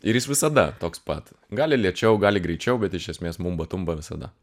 ir jis visada toks pat gali lėčiau gali greičiau bet iš esmės mumba tumba visada